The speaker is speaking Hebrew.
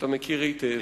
אתה מכיר היטב,